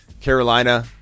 Carolina